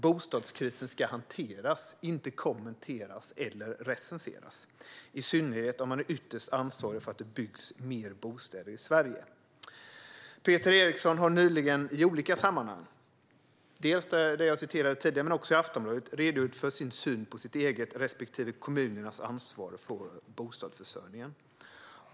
Bostadskrisen ska hanteras, inte kommenteras eller recenseras - i synnerhet om man är ytterst ansvarig för att det byggs mer bostäder i Sverige. Peter Eriksson har nyligen i olika sammanhang - dels det jag nämnde tidigare, dels i Aftonbladet - redogjort för sin syn på sitt eget respektive kommunernas ansvar för bostadsförsörjningen.